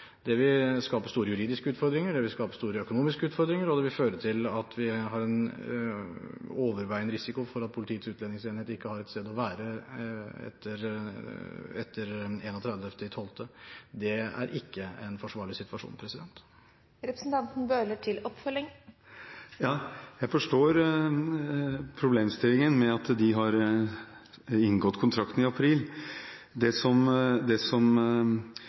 Det ville skapt store juridiske utfordringer, det ville skapt store økonomiske utfordringer, og det ville ført til en overveiende risiko for at Politiets utledingsenhet ikke ville ha et sted å være etter 31.12. Det er ikke en forsvarlig situasjon. Jeg forstår problemstillingen med at de inngikk kontrakten i april. Det det skulle vært interessant å vite mer om, er hvor mye det